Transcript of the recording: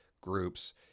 groups